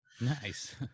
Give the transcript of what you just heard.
Nice